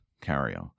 carrier